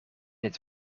het